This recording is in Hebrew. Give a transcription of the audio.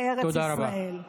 בארץ ישראל.